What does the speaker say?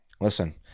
Listen